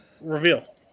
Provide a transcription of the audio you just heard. Reveal